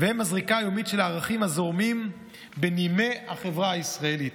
והם הזריקה היומית של הערכים הזורמים בנימי החברה הישראלית.